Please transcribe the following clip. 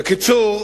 בקיצור,